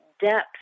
depth